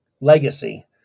legacy